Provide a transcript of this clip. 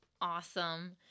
Awesome